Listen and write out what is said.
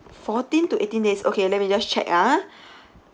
fourteen to eighteen days okay let me just check ah